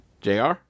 jr